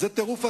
זה טירוף הדעת,